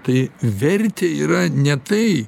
tai vertė yra ne tai